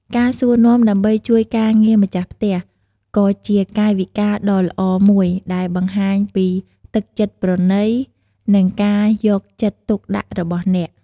ការសួរនាំដើម្បីជួយការងារម្ចាស់ផ្ទះ ក៏ជាកាយវិការដ៏ល្អមួយដែលបង្ហាញពីទឹកចិត្តប្រណី និងការយកចិត្តទុកដាក់របស់អ្នក។